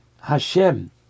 Hashem